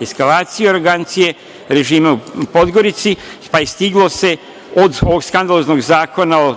eskalaciju arogancije, režima u Podgorici, pa i stiglo se od ovog skandaloznog zakona